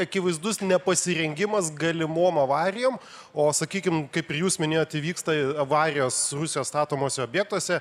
akivaizdus nepasirengimas galimom avarijom o sakykim kaip ir jūs minėjot įvyksta avarijos rusijos statomuose objektuose